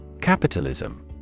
Capitalism